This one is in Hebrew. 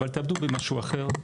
אבל תעבדו במשהו אחר.